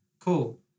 Cool